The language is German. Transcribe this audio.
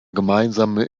gemeinsame